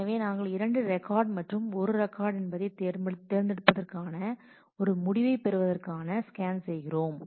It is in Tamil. எனவே நாங்கள் இரண்டு ரெக்கார்ட் மற்றும் ஒரு ரெக்கார்ட் என்பதை தேர்ந்தெடுக்கப்படுவதற்கான ஒரு முடிவை பெறுவதற்காக ஸ்கேன் செய்கிறோம்